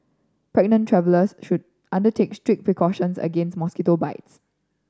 pregnant travellers should undertake strict precautions against mosquito bites